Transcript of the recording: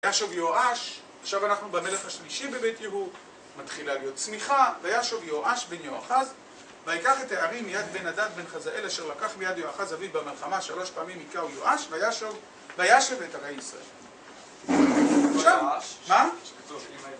וישוב יואש, עכשיו אנחנו במלך השלישי בבית יהוא, מתחילה להיות צמיחה, וישוב יואש בן יואחז ויקח את הערים מיד בן הדד בן חזאל אשר לקח מיד יואחז אביו במלחמה שלוש פעמים היכאו יואש, וישב את ערי ישראל.